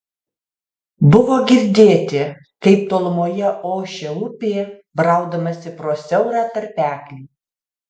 buvo girdėti kaip tolumoje ošia upė braudamasi pro siaurą tarpeklį